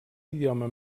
idioma